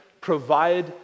provide